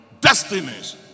destinies